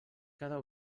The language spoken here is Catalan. cada